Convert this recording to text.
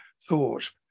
thought